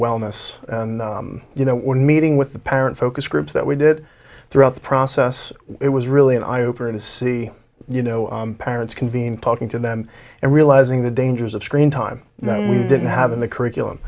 wellness and you know we're meeting with the parent focus groups that we did throughout the process it was really an eye opener to see you know parents convene talking to them and realizing the dangers of screen time that we didn't have in the curriculum